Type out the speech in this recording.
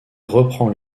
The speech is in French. reprend